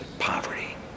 poverty